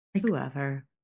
Whoever